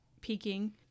peaking